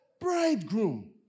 bridegroom